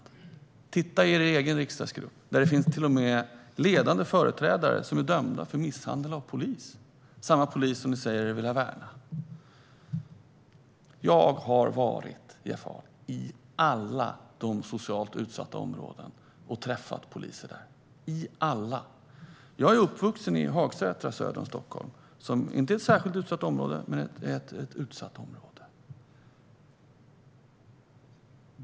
Titta i er egen riksdagsgrupp! Där finns det till och med ledande företrädare som är dömda för misshandel av polis - samma polis som ni säger er vilja värna. Jeff Ahl! Jag har varit i alla - alla - de socialt utsatta områdena och träffat poliser där. Jag är uppvuxen i Hagsätra, söder om Stockholm, som inte är ett särskilt utsatt område men ändå ett utsatt område.